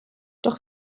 doch